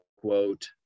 quote